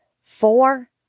Four